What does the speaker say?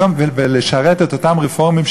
ולשרת את אותם רפורמים,